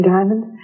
Diamond